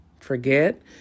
forget